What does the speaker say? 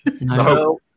No